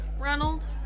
reynolds